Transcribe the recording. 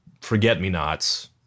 Forget-Me-Nots